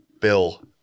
bill